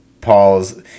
Paul's